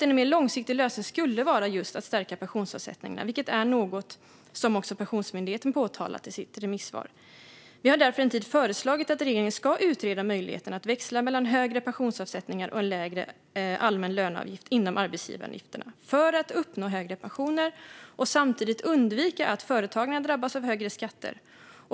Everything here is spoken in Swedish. En mer långsiktig lösning skulle vara att stärka pensionsavsättningarna, vilket också Pensionsmyndigheten framhållit i sitt remissvar. Vi har därför en tid föreslagit att regeringen ska utreda möjligheten att växla mellan högre pensionsavsättningar och lägre allmän löneavgift inom arbetsgivaravgifterna för att uppnå högre pensioner och samtidigt undvika att företagarna drabbas av högre skatter.